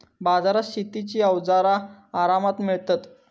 बाजारात शेतीची अवजारा आरामात मिळतत